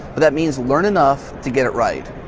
but that means learn enough to get it right.